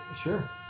sure